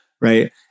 Right